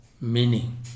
meaning